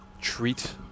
treat